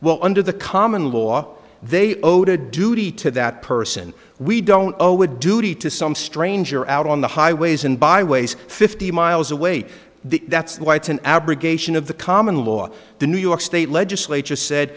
well under the common law they owed a duty to that person we don't owe a duty to some stranger out on the highways and byways fifty miles away the that's why it's an abrogation of the common law the new york state legislature said